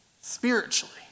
spiritually